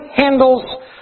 handles